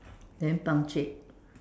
then punctuate